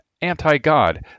anti-God